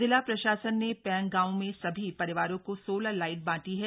जिला प्रशासन ने पैंग गांव में सभी परिवारों को सोलर लाइट बांटी है